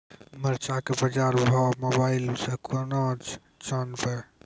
मरचा के बाजार भाव मोबाइल से कैनाज जान ब?